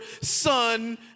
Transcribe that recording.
son